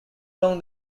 along